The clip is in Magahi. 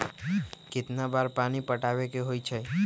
कितना बार पानी पटावे के होई छाई?